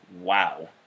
Wow